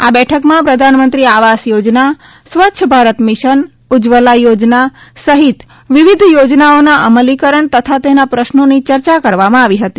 આ બેઠકમાં પ્રધાનમંત્રી આવાસ યોજના સ્વચ્છ ભારત મિશન ઉજ્જવલા યોજના સહિત વિવિધ યોજનાઓના અમલીકરણ તથા તેના પ્રશ્નોની ચર્ચા કરવામાં આવી હતી